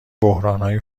بحرانهای